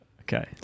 Okay